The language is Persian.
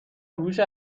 هوش